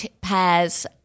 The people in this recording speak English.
pairs